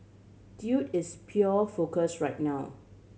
dude is pure focus right now